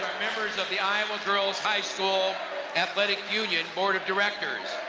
members of the iowa girls high school athletic union boardof directors.